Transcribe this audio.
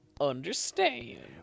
understand